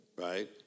right